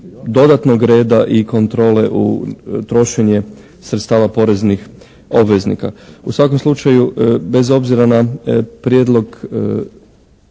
dodatnog reda i kontrole u trošenje sredstava poreznih obveznika. U svakom slučaju bez obzira na prijedlog